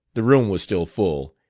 the room was still full,